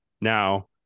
now